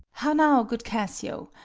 how now, good cassio!